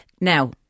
Now